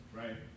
right